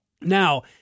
Now